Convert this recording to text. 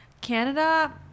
Canada